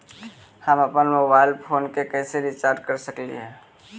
हम अप्पन mobile phone के कैसे रिचार्ज कर सकली हे?